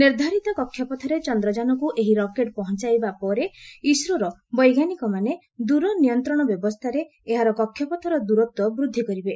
ନିର୍ଦ୍ଧାରିତ କକ୍ଷପଥରେ ଚନ୍ଦ୍ରଯାନକୁ ଏହି ରକେଟ୍ ପହଞ୍ଚାଇବା ପରେ ଇସ୍ରୋର ବୈଜ୍ଞାନିକମାନେ ଦୂର ନିୟନ୍ତ୍ରଣ ବ୍ୟବସ୍ଥାରେ ଏହାର କକ୍ଷପଥର ଦୂରତ୍ୱ ବୃଦ୍ଧି କରିବେ